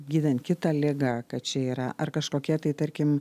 gydant kitą ligą kad čia yra ar kažkokie tai tarkim